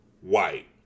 white